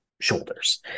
shoulders